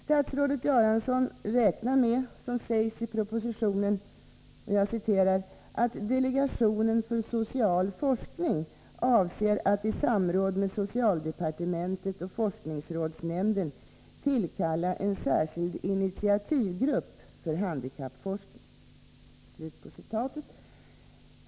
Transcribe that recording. Statsrådet Göransson räknar med, som också sägs i propositionen, ”att delegationen för social forskning avser att i samråd med socialdepartementet och forskningsrådsnämnden tillkalla en särskild initiativgrupp för handikappforskning”.